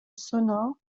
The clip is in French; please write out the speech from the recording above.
sonore